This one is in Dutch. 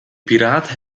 piraten